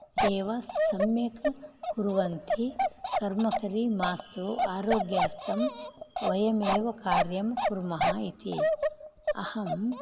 एव सम्यक् कुर्वन्ति कर्मकरी मास्तु आरोग्यार्थं वयमेव कार्यं कुर्मः इति अहं